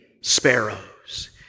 sparrows